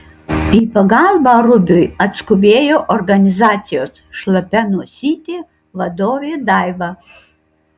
į pagalbą rubiui atskubėjo organizacijos šlapia nosytė vadovė daiva